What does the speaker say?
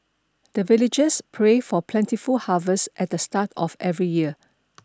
the villagers pray for plentiful harvest at the start of every year